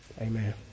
Amen